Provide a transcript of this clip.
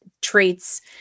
traits